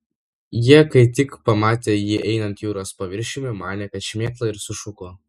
jie kai tik pamatė jį einantį jūros paviršiumi manė kad šmėkla ir sušuko